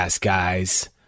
guys